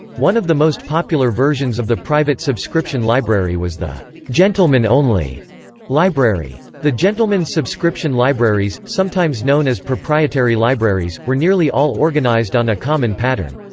one of the most popular versions of the private subscription library was the gentlemen only library. the gentlemen's subscription libraries, sometimes known as proprietary libraries, were nearly all organized on a common pattern.